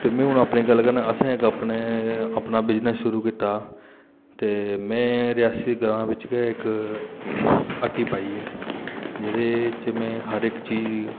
ते में हून अपनी गल्ल करना असें इक अपने अपना बिजनस शुरू कीता ते में रियासी ग्रांऽ बिच गै इक हट्टी पाई ऐ जेह्दे च में हर इक चीज